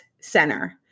center